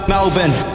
Melbourne